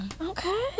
Okay